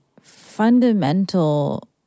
fundamental